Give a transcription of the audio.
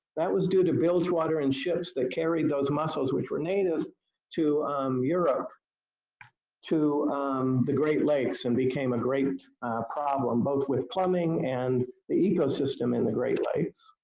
that was due to bilge water in ships that carried those mussels which were native to europe to um the great lakes and became a great problem both with plumbing and the ecosystem in the great lakes.